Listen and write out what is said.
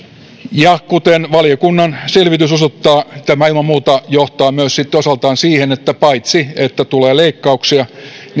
ja kuten valiokunnan selvitys osoittaa tämä ilman muuta johtaa myös sitten osaltaan siihen että paitsi että tulee leikkauksia